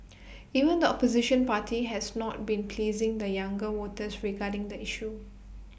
even the opposition party has not been pleasing the younger voters regarding the issue